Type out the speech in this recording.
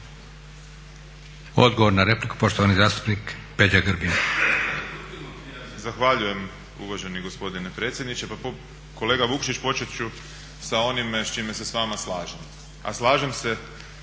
Odgovor na repliku, poštovani zastupnik Peđa Grbin.